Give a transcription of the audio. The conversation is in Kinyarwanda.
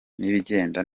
nibigenda